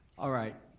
alright.